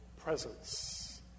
presence